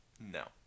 no